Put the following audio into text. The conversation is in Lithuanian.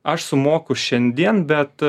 aš sumoku šiandien bet